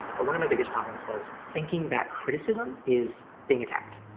but one of my biggest problems was thinking that criticism is being attacked.